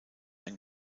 ein